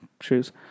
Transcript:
shoes